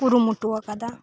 ᱠᱩᱨᱩᱢᱩᱴᱩᱣ ᱟᱠᱟᱫᱟ